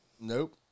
Nope